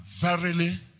verily